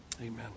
Amen